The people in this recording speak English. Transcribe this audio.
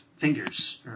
fingers